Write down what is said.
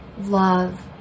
love